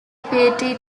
pretty